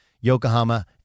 Yokohama